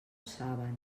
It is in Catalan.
saben